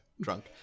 drunk